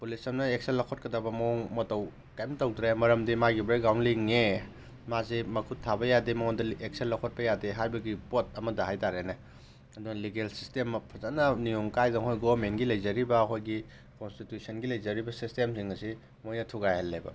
police ꯑꯃꯅ action ꯂꯧꯈꯠꯀꯗꯕ ꯃꯑꯣꯡ ꯃꯇꯧ ꯀꯩꯝ ꯇꯧꯗ꯭ꯔꯦ ꯃꯔꯝꯗꯤ ꯃꯥꯒꯤ ꯕꯦꯛꯒ꯭ꯔꯥꯎꯟ ꯂꯤꯡꯉꯦ ꯃꯥꯁꯤ ꯃꯈꯨꯠ ꯊꯥꯕ ꯌꯥꯗꯦ ꯃꯉꯣꯟꯗ ꯑꯦꯛꯁꯟ ꯂꯧꯈꯠꯄ ꯌꯥꯗꯦ ꯍꯥꯏꯕꯒꯤ ꯄꯣꯠ ꯑꯃꯗ ꯍꯥꯏ ꯇꯥꯔꯦꯅꯦ ꯑꯗꯨꯅ ꯂꯤꯒꯦꯜ ꯁꯤꯁꯇꯦꯝ ꯐꯖꯅ ꯅꯤꯌꯣꯝ ꯀꯥꯏꯗꯃꯈꯩ ꯒꯣꯕꯔꯃꯦꯟꯒꯤ ꯂꯩꯖꯔꯤꯕ ꯑꯩꯈꯣꯏꯒꯤ ꯀꯣꯟꯁꯇꯤꯇ꯭ꯌꯨꯁꯟꯒꯤ ꯂꯩꯖꯔꯤꯕ ꯁꯤꯁꯇꯦꯝꯁꯤꯡ ꯑꯁꯤ ꯃꯣꯏꯅ ꯊꯨꯒꯥꯏꯍꯜꯂꯦꯕ